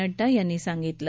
नड्डा यांनी सांगितलं